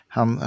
Han